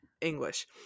English